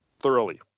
thoroughly